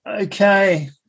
Okay